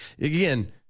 again